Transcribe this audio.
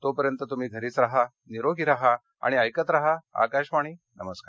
तोपर्यंत तुम्ही घरीच राहा निरोगी राहा आणि ऐकत राहा आकाशवाणी नमस्कार